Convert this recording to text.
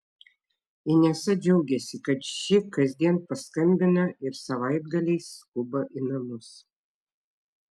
inesa džiaugiasi kad ši kasdien paskambina ir savaitgaliais skuba į namus